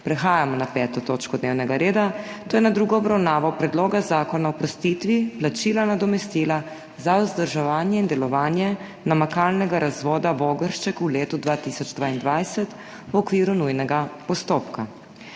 prekinjeno 5. točko dnevnega reda, to je s tretjo obravnavo Predloga zakona o oprostitvi plačila nadomestila za vzdrževanje in delovanje namakalnega razvoda Vogršček v letu 2022 v okviru nujnega postopka.